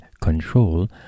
control